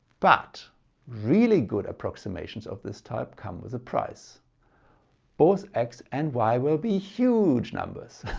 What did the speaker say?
but really good approximations of this type come with a price both x and y will be huge numbers.